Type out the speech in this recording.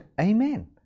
Amen